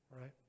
Right